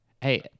hey